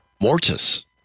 Mortis